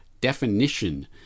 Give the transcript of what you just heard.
definition